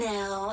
Now